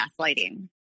gaslighting